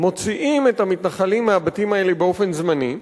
מוציאים את המתנחלים מהבתים האלה באופן זמני,